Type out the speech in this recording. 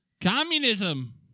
communism